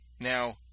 Now